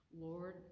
Lord